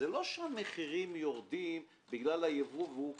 זה לא שהמחירים יורדים בגלל היבוא והוא קבוע.